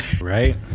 Right